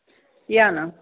या ना